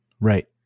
Right